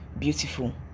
beautiful